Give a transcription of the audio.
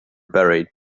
buried